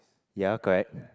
ya correct